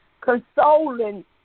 consoling